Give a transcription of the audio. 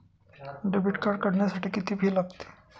Debit card काढण्यासाठी किती fee लागते?